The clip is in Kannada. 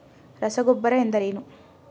ರಸಗೊಬ್ಬರ ಎಂದರೇನು?